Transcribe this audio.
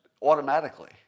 automatically